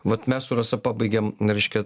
vat mes su rasa pabaigėm reiškia